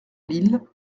lille